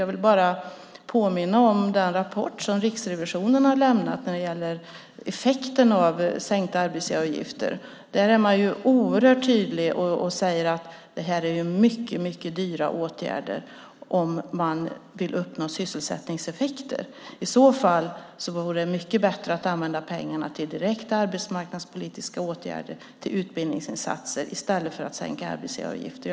Jag vill bara påminna om den rapport som Riksrevisionen har lämnat när det gäller effekten av sänkta arbetsgivaravgifter. Där är man oerhört tydlig och säger att det är mycket dyra åtgärder om man vill uppnå sysselsättningseffekter. I så fall vore det mycket bättre att använda pengarna till direkta arbetsmarknadspolitiska åtgärder och till utbildningsinsatser i stället för att sänka arbetsgivaravgifter.